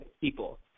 people